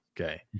Okay